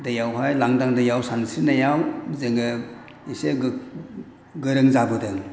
दैयावहाय लांदां दैयाव सानस्रिनायाव जोङो इसे गोरों जाबोदों